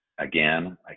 Again